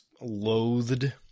loathed